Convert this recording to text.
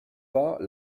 pas